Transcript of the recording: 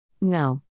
No